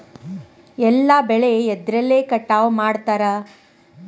ಎಲ್ಲ ಬೆಳೆ ಎದ್ರಲೆ ಕಟಾವು ಮಾಡ್ತಾರ್?